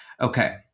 Okay